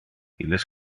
illes